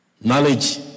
Knowledge